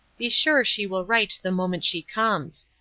be sure she will write the moment she comes.